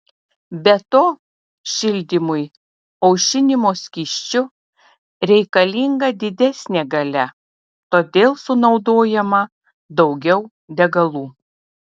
be to šildymui aušinimo skysčiu reikalinga didesnė galia todėl sunaudojama daugiau degalų